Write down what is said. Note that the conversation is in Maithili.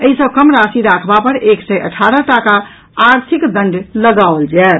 एहि सँ कम राशि राखबा पर एक सय अठारह टाका आर्थिक दंड लगाओल जायत